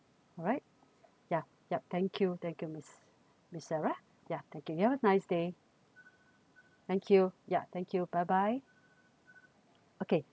alright ya yup thank you thank you miss miss sarah yeah thank you you have a nice day thank you yeah thank you bye bye okay